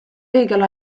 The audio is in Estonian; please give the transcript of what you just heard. õigel